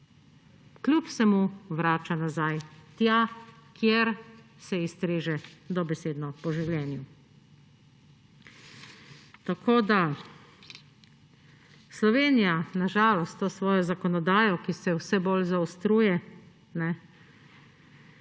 kljub vsemu vrača nazaj tja, kjer se ji streže dobesedno po življenju. Slovenija na žalost s to svojo zakonodajo, ki se vse bolj zaostruje,